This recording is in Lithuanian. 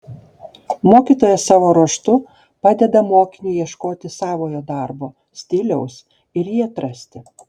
mokytojas savo ruožtu padeda mokiniui ieškoti savojo darbo stiliaus ir jį atrasti